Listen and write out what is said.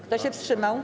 Kto się wstrzymał?